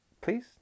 Please